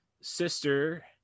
sister